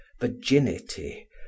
virginity